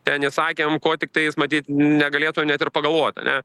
ten išsakėm ko tiktai jis matyt negalėtų net ir pagalvoti ane